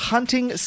Hunting